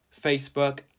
Facebook